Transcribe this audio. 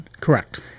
Correct